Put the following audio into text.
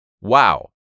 wow